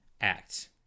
Act